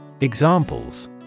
Examples